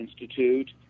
Institute